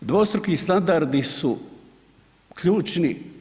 Dvostruki standardi su ključni.